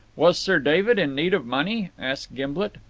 was sir david in need of money? asked gimblet.